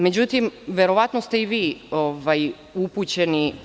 Međutim, verovatno ste i vi upućeni.